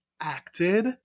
acted